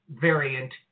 variant